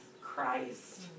Christ